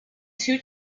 two